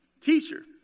Teacher